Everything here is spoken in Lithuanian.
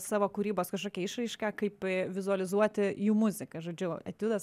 savo kūrybos kažkokia išraiška kaip vizualizuoti jų muziką žodžiu etiudas